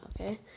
okay